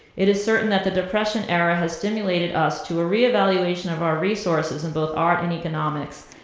it is certain that the depression era ha stimulated us to a reevaluation of our resources in both art and economics,